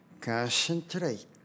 concentrate